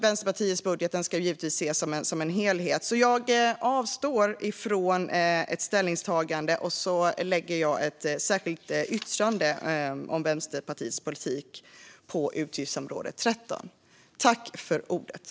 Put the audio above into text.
Vänsterpartiets budget ska givetvis ses som en helhet, så jag avstår från ett ställningstagande och lägger i stället fram ett särskilt yttrande om Vänsterpartiets politik på utgiftsområde 13.